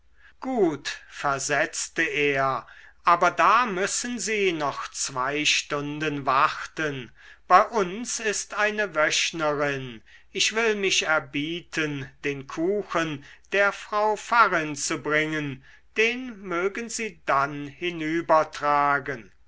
gut versetzte er aber da müssen sie noch zwei stunden warten bei uns ist eine wöchnerin ich will mich erbieten den kuchen der frau pfarrin zu bringen den mögen sie dann